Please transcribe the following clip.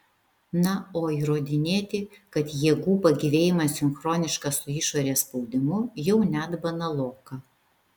na o įrodinėti kad jėgų pagyvėjimas sinchroniškas su išorės spaudimu jau net banaloka